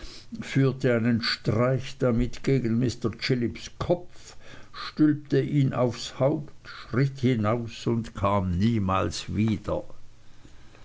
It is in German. führte einen streich damit gegen mr chillips kopf stülpte ihn aufs haupt schritt hinaus und kam niemals wieder